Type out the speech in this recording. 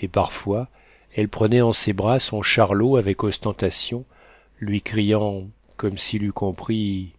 et parfois elle prenait en ses bras son charlot avec ostentation lui criant comme s'il eût compris